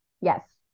Yes